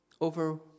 over